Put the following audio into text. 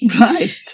Right